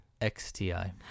XTI